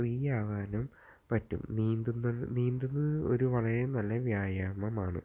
free ആവാനും പറ്റും നീന്തുന്നത് നീന്തുന്നത് ഒരു വളരെ നല്ല വ്യായാമമാണ്